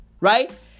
Right